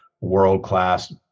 world-class